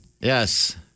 Yes